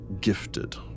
gifted